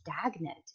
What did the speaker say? stagnant